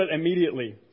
immediately